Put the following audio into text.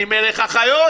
אני מלך החיות,